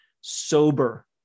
sober